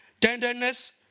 tenderness